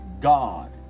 God